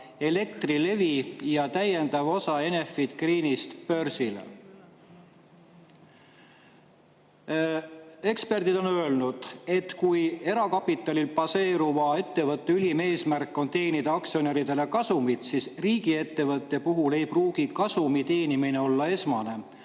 Elektrilevi ja täiendav osa Enefit Greenist börsile." Eksperdid on öelnud, et kui erakapitalil baseeruva ettevõtte ülim eesmärk on teenida aktsionäridele kasumit, siis riigiettevõtte puhul ei pruugi kasumi teenimine olla esmane,